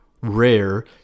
rare